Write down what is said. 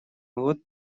вот